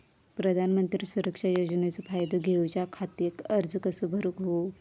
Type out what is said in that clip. प्रधानमंत्री सुरक्षा योजनेचो फायदो घेऊच्या खाती अर्ज कसो भरुक होयो?